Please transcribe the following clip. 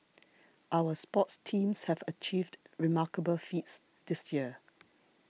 our sports teams have achieved remarkable feats this year